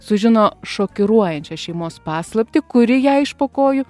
sužino šokiruojančią šeimos paslaptį kuri jai iš po kojų